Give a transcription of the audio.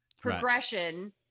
progression